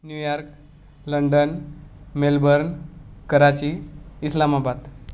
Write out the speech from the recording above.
New York London Melbourne Karachi Islamabad